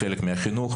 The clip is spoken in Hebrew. מהחינוך,